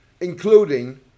including